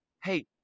Hey